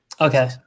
Okay